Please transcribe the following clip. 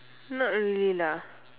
not really lah